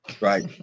right